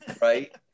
right